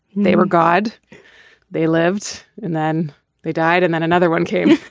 they were god they lived. and then they died and then another one came